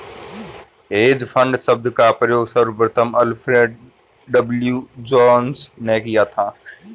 hedge fund शब्द का प्रयोग सर्वप्रथम अल्फ्रेड डब्ल्यू जोंस ने किया था